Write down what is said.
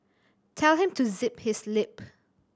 tell him to zip his lip